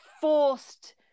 forced